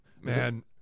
Man